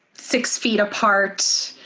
six feet apart.